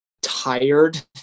tired